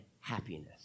happiness